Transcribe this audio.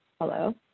Hello